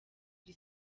iri